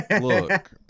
look